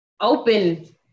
open